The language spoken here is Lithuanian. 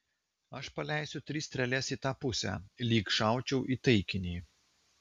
aš paleisiu tris strėles į tą pusę lyg šaučiau į taikinį